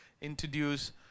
introduce